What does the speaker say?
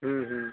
হুম হুম